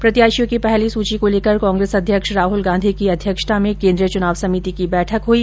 प्रत्याशियों की पहली सूची को लेकर कांग्रेस अध्यक्ष राहल गांधी की अध्यक्षता में केंद्रीय चुनाव समिति की बैठक हई